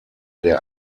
der